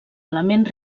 element